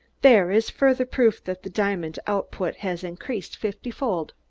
there is further proof that the diamond output has increased fiftyfold.